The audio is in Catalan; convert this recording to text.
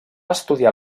estudiar